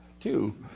two